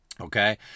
Okay